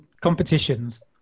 competitions